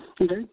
Okay